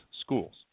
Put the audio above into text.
schools